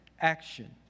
action